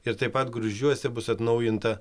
ir taip pat gruzdžiuose bus atnaujinta